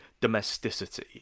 domesticity